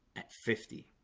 at fifty